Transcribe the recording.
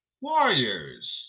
Warriors